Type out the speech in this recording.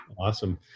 Awesome